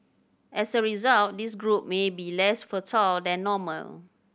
as a result this group may be less fertile than normal